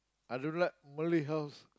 I don't like Malay house